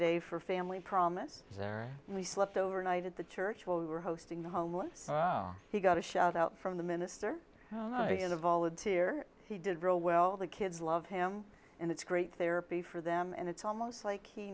day for family promise and we slept overnight at the church where we were hosting the homeless he got a shout out from the minister he is a volunteer he did real well the kids love him and it's great therapy for them and it's almost like he